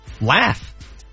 laugh